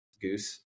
goose